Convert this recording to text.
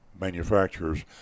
manufacturers